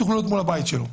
תוכלו להיות מול הבית שלו.